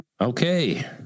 Okay